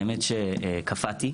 האמת שקפאתי,